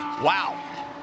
Wow